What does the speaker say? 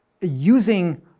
using